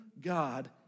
God